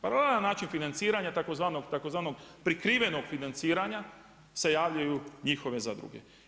Paralelan način financiranja tzv. prikrivenog financiranja se javljaju njihove zadruge.